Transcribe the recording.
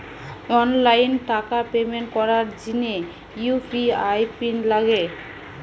online টাকার payment করার জিনে ইউ.পি.আই পিন লাগে